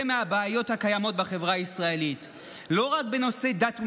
מהבעיות הקיימות בחברה הישראלית לא רק בנושאי דת ומדינה,